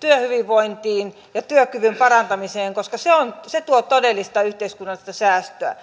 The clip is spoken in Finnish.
työhyvinvointiin ja työkyvyn parantamiseen koska se tuo todellista yhteiskunnallista säästöä